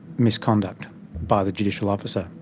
misconduct by the judicial officer.